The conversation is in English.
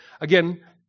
Again